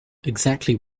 exactly